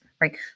Right